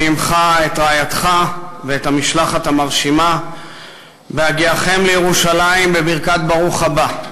ועמך את רעייתך ואת המשלחת המרשימה בהגיעכם לירושלים בברכת ברוך הבא.